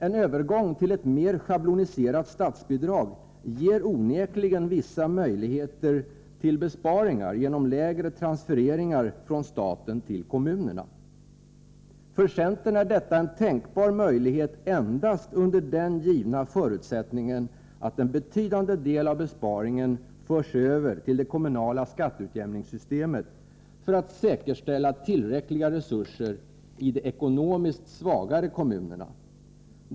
En övergång till ett mer schabloniserat statsbidrag ger onekligen vissa möjligheter till besparingar genom lägre transfereringar från staten till kommunerna. För centern är detta en tänkbar möjlighet endast under den givna förutsättningen att en betydande del av besparingen förs över till det kommunala skatteutjämningssystemet för att säkerställa tillräckliga resurser i de ekonomiskt svagare kommunerna.